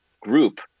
group